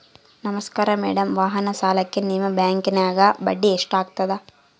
ನಮಸ್ಕಾರ ಮೇಡಂ ವಾಹನ ಸಾಲಕ್ಕೆ ನಿಮ್ಮ ಬ್ಯಾಂಕಿನ್ಯಾಗ ಬಡ್ಡಿ ಎಷ್ಟು ಆಗ್ತದ?